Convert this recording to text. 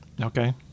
Okay